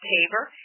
Tabor